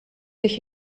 sich